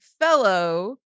fellow